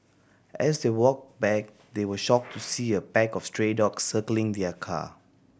as they walked back they were shocked to see a pack of stray dogs circling their car